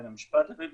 בין המשפט הבדואי,